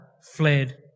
fled